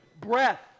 Breath